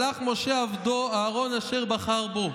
שלח משה עבדו אהרן אשר בחר בו.